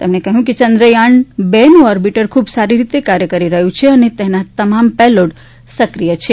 તેમણે ણાવ્યું હતું કે યંદ્રયાન ટુ નું ઓરબીટર ખૂબ સારી રીતે કાર્ય કરી રહ્યું છે અને તેના તમામ પેલોડ સક્રીય છે